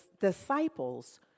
disciples